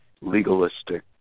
legalistic